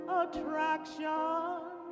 attraction